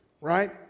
right